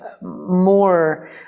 more